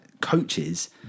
coaches